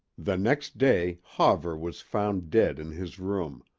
the next day hawver was found dead in his room,